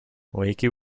wakey